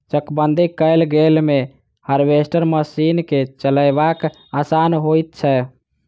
चकबंदी कयल खेत मे हार्वेस्टर मशीन के चलायब आसान होइत छै